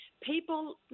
People